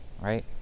right